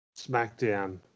Smackdown